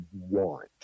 want